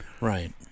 Right